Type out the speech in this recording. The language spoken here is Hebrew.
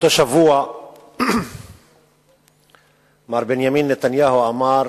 באותו שבוע מר בנימין נתניהו אמר